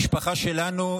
המשפחה שלנו,